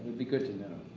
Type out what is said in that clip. be good to know.